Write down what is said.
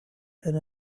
and